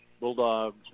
Bulldogs